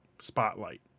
spotlight